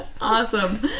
awesome